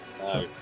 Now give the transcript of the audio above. no